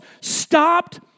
stopped